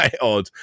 odd